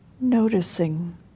Noticing